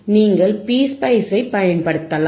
நீங்கள் PSpice ஐப் பயன்படுத்தலாம்